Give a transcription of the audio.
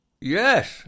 Yes